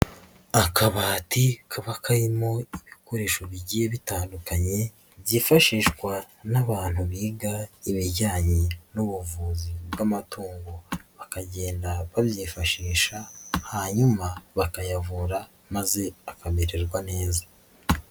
Akabati kaba karimo ibikoresho bigiye bitandukanye byifashishwa n'abantu biga ibijyanye n'ubuvuzi bw'amatungo bakagenda babyifashisha hanyuma bakayavura maze akamererwa neza.